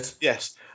yes